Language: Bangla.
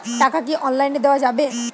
টাকা কি অনলাইনে দেওয়া যাবে?